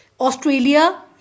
Australia